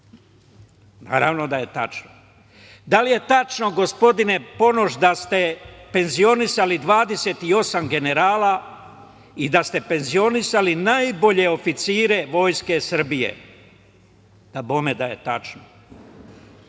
Naravno da je tačno. Da li je tačno, gospodine Ponoš, da ste penzionisali 28 generala i da ste penzionisali najbolje oficire vojske Srbije? Dabome da je tačno.